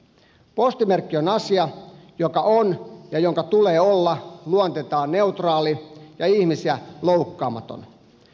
postimerkki on asia joka on ja jonka tulee olla luonteeltaan neutraali ja ihmisiä loukkaamaton